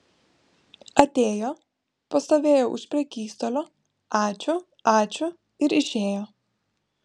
atėjo pastovėjo už prekystalio ačiū ačiū ir išėjo